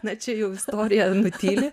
na čia jau istorija nutyli